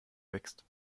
wächst